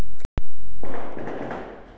ಸಾವಯವ ಗೊಬ್ಬರ ಛಲೋ ಏನ್ ಕೆಮಿಕಲ್ ಗೊಬ್ಬರ ಛಲೋ?